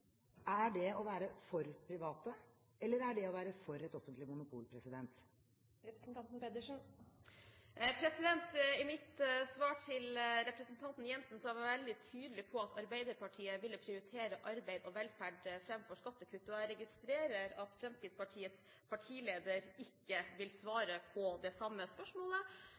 Er det å være for private, eller er det å være for et offentlig monopol? I mitt svar til representanten Jensen var jeg veldig tydelig på at Arbeiderpartiet vil prioritere arbeid og velferd framfor skattekutt. Jeg registrerer at Fremskrittspartiets partileder ikke vil svare på det samme spørsmålet.